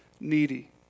needy